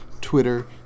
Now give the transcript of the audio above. Twitter